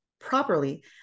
properly